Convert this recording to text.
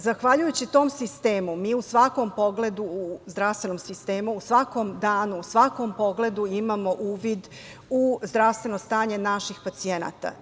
Zahvaljujući tom sistemu mi u zdravstvenom sistemu u svakom danu, u svakom pogledu imamo uvid u zdravstveno stanje naših pacijenata.